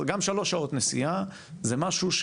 גם שלוש שעות נסיעה, זה משהו,